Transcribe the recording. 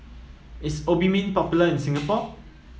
is Obimin popular in Singapore